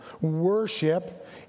worship